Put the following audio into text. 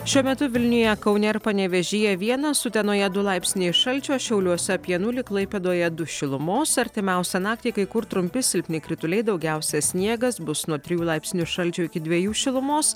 šiuo metu vilniuje kaune ir panevėžyje vienas utenoje du laipsniai šalčio šiauliuose apie nulį klaipėdoje du šilumos artimiausią naktį kai kur trumpi silpni krituliai daugiausia sniegas bus nuo trijų laipsnių šalčio iki dviejų šilumos